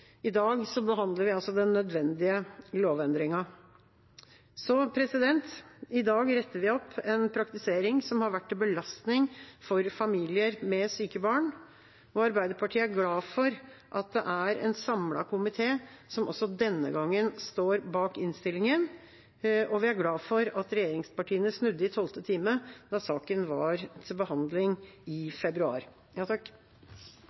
I dag behandler vi altså den nødvendige lovendringen. I dag retter vi opp en praktisering som har vært til belastning for familier med syke barn. Arbeiderpartiet er glad for at det er en samlet komité som også denne gangen står bak innstillinga, og vi er glade for at regjeringspartiene snudde i tolvte time da saken var til behandling i